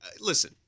Listen